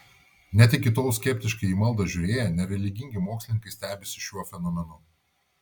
net iki tol skeptiškai į maldą žiūrėję nereligingi mokslininkai stebisi šiuo fenomenu